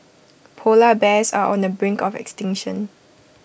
Polar Bears are on the brink of extinction